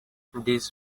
this